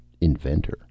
Inventor